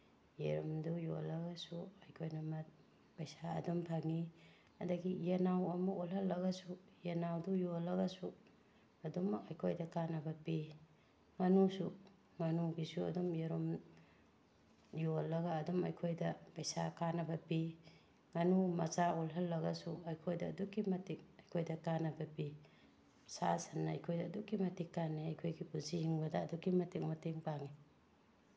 ꯌꯦꯔꯨꯝꯗꯨ ꯌꯣꯜꯂꯒꯁꯨ ꯑꯩꯈꯣꯏꯅ ꯄꯩꯁꯥ ꯑꯗꯨꯝ ꯐꯪꯏ ꯑꯗꯒꯤ ꯌꯦꯅꯥꯎ ꯑꯃꯨꯛ ꯑꯣꯜꯍꯜꯂꯒꯁꯨ ꯌꯦꯅꯥꯎꯗꯨ ꯌꯣꯜꯂꯒꯁꯨ ꯑꯗꯨꯃꯛ ꯑꯩꯈꯣꯏꯗ ꯀꯥꯟꯅꯕ ꯄꯤ ꯉꯥꯅꯨꯁꯨ ꯉꯥꯅꯨꯒꯤꯁꯨ ꯑꯗꯨꯝ ꯌꯦꯔꯨꯝ ꯌꯣꯜꯂꯒ ꯑꯗꯨꯝ ꯑꯩꯈꯣꯏꯗ ꯄꯩꯁꯥ ꯀꯥꯅꯕ ꯄꯤ ꯉꯥꯅꯨ ꯃꯆꯥ ꯑꯣꯜꯍꯜꯂꯒꯁꯨ ꯑꯩꯈꯣꯏꯗ ꯑꯗꯨꯛꯀꯤ ꯃꯇꯤꯛ ꯑꯩꯈꯣꯏꯗ ꯀꯥꯅꯕ ꯄꯤ ꯁꯥ ꯁꯟꯅ ꯑꯩꯈꯣꯏꯗ ꯑꯗꯨꯛꯀꯤ ꯃꯇꯤꯛ ꯀꯥꯟꯅꯩ ꯑꯩꯈꯣꯏꯒꯤ ꯄꯨꯟꯁꯤ ꯍꯤꯡꯕꯗ ꯑꯗꯨꯛꯀꯤ ꯃꯇꯤꯛ ꯃꯇꯦꯡ ꯄꯥꯡꯏ